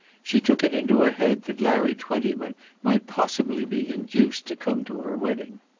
she took it into her head that larry twentyman might possibly be induced to come to her wedding.